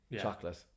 chocolate